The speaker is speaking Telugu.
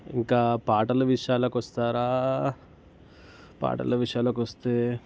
ఇంక పాటల విషయాలు వస్తారా పాటల విషయాలకు వస్తే